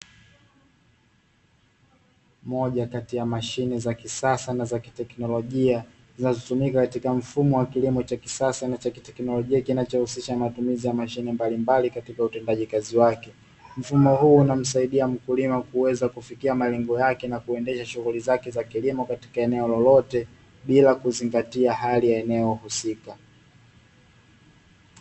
Moja kati ya mashine za kisasa na za kiteknolojia, zinazotumika katika mfumo wa kilimo cha kisasa na cha kiteknolojia, kinachohusisha matumizi ya mashine mbalimbali katika utendaji kazi wake. Mfumo huu unamsaidia mkulima kuweza kufikia malengo yake na kuendesha shughuli zake za kilimo katika eneo lolote, bila kuzingatia hali ya eneo husika.